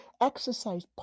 exercise